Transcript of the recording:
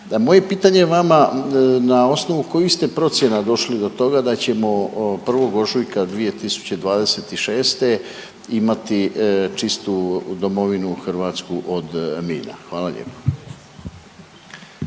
Moje pitanje vama, na osnovu kojih ste procjena došli do toga da ćemo 1. ožujka 2026. imati čistu domovinu Hrvatsku od mina? Hvala lijepa.